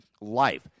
life